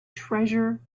treasure